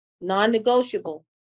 non-negotiable